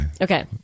okay